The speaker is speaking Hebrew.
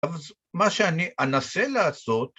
‫אבל מה שאני אנסה לעשות...